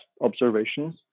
observations